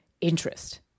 interest